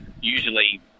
usually